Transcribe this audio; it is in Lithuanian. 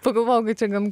pagalvojau kad čia gan